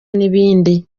n’ibindi